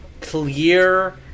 clear